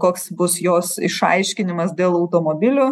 koks bus jos išaiškinimas dėl automobilių